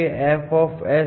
તમે જાણો છો કે f